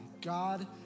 God